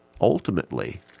ultimately